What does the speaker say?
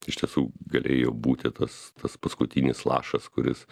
iš tiesų galėjo būti tas tas paskutinis lašas kuris